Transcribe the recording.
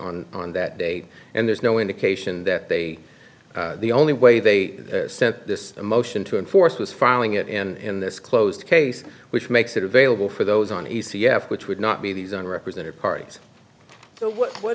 on on that day and there's no indication that they the only way they sent this motion to enforce was filing it and this closed case which makes it available for those on e c f which would not be these on represented parties so what